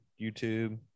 YouTube